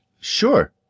Sure